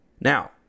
Now